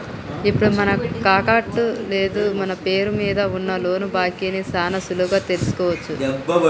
ఇప్పుడు మనకాకట్టం లేదు మన పేరు మీద ఉన్న లోను బాకీ ని సాన సులువుగా తెలుసుకోవచ్చు